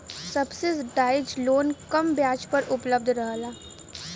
subsidise loan कम ब्याज पर उपलब्ध रहला